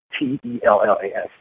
T-E-L-L-A-S